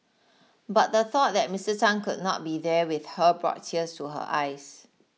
but the thought that Mister Tan could not be there with her brought tears to her eyes